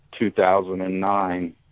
2009